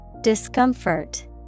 Discomfort